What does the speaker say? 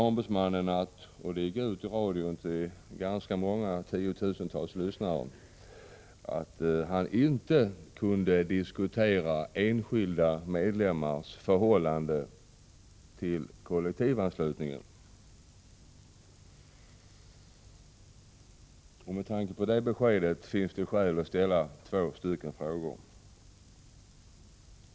Ombudsmannen svarade — och det gick ut i radion till ganska många tiotusental lyssnare — att han inte kunde diskutera enskilda medlemmars förhållanden vad gäller kollektivanslutning. Med tanke på det beskedet finns det skäl att ställa en fråga och att göra ett konstaterande.